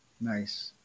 Nice